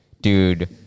dude